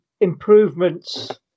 improvements